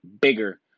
bigger